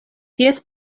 ties